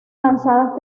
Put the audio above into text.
lanzadas